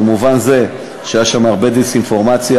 במובן זה שהייתה שם הרבה דיסאינפורמציה.